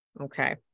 okay